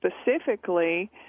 specifically